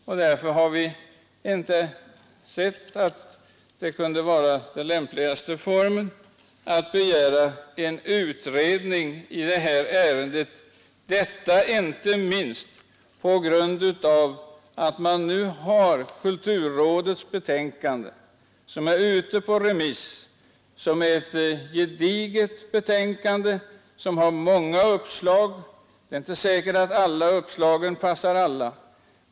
Vi har därför inte ansett det vara den lämpligaste formen att begära en utredning i detta ärende, inte minst på grund av att kulturrådets betänkande föreligger. Det är ett gediget betänkande med många uppslag och som nu är ute på remiss.